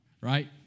right